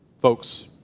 Folks